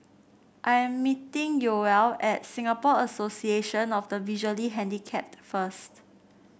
I am meeting Yoel at Singapore Association of the Visually Handicapped first